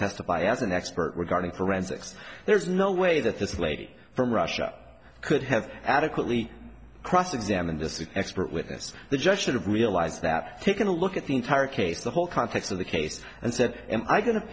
testify as an expert regarding forensics there's no way that this lady from russia could have adequately cross examine this expert witness the judge should have realized that taking a look at the entire case the whole context of the case and said am i